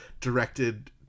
directed